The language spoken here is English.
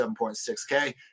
7.6K